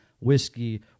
whiskey